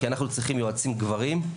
כי אנחנו צריכים יועצים גברים,